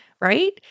Right